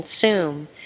consume